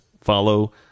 follow